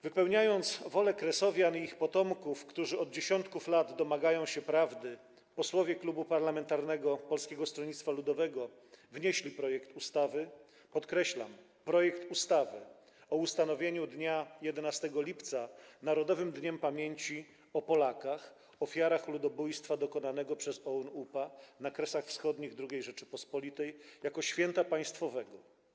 Wypełniając wolę Kresowian i ich potomków, którzy od dziesiątków lat domagają się prawdy, posłowie Klubu Parlamentarnego Polskiego Stronnictwa Ludowego wnieśli projekt ustawy, podkreślam, projekt ustawy o ustanowieniu 11 lipca narodowym Dniem Pamięci o Polakach - ofiarach ludobójstwa dokonanego przez OUN-UPA na Kresach Wschodnich II Rzeczypospolitej jako święta państwowego.